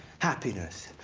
happiness.